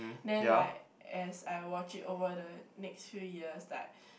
then like as I watched it over the next few years like